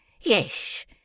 Yes